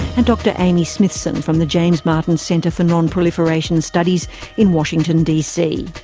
and dr amy smithson from the james martin center for nonproliferation studies in washington dc.